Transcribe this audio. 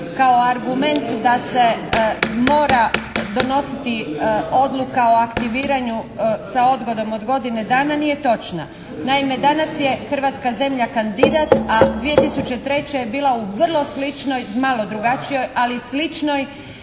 kao argument da se mora donositi odluka o aktiviranju sa odgodom od godine nije točna. Naime, danas je Hrvatska zemlja kandidat, a 2003. je bila u vrlo sličnoj, malo drugačijoj ali sličnoj